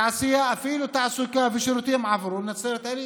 תעשייה, אפילו תעסוקה ושירותים, עברו לנצרת עילית,